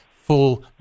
full